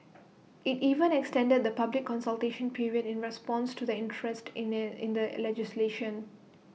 IT even extended the public consultation period in response to the interest in the in the legislation